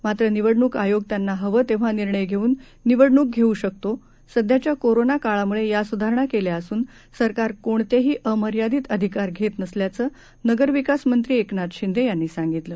मात्र निवडणूक आयोग त्यांना हवं तेव्हा निर्णय घेऊन निवडणूक घेऊ शकतो सध्याच्या कोरोना काळामुळे या सुधारणा केल्या असून सरकार कोणतेही अमर्यादित अधिकार घेत नसल्याचं नगरविकास मंत्री एकनाथ शिंदे यांनी सांगितलं